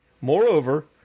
Moreover